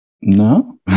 No